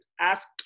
ask